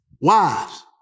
Wives